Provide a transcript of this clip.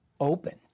open